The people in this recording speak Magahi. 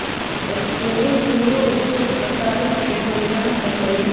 स्पीनिंग म्यूल सूत कताई के एगो यन्त्र हई